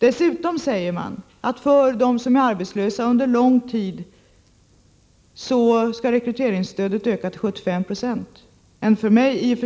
Vidare säger man att rekryteringsstödet skall öka till 75 90 för dem som är arbetslösa under lång tid — en för mig